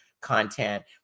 content